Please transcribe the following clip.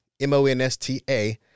M-O-N-S-T-A